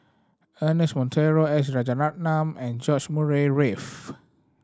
Ernest Monteiro S Rajaratnam and George Murray Reith